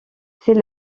c’est